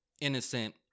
innocent